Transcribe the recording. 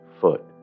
foot